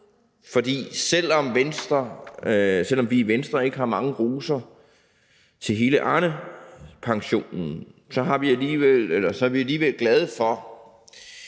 for selv om vi i Venstre ikke har mange roser til hele Arnepensionen, er vi alligevel glade for,